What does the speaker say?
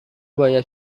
باید